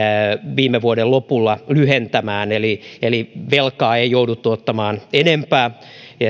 viime vuoden lopulla myös lyhentämään eli eli velkaa ei jouduttu ottamaan enempää